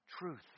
Truth